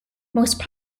most